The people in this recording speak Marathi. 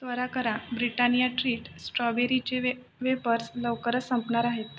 त्वरा करा ब्रिटानिया ट्रीट स्ट्रॉबेरीचे वे वेपर्स लवकरच संपणार आहेत